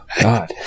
God